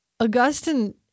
Augustine